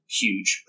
huge